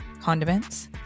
condiments